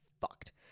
fucked